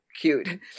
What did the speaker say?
cute